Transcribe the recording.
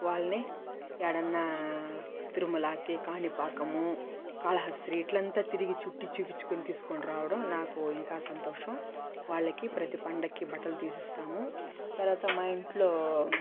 వాళ్ళని యాడన్నా తిరుమలాకి కాణిపాకము కాళహస్త్రి ఇట్లంతా తిరిగి చుట్టి చుపిచ్చుకొని తీసుకొని రావడం నాకు ఇంకా సంతోషం వాళ్ళకి ప్రతి పండక్కి బట్టలు తీసిస్తాము తర్వాత మా ఇంట్లో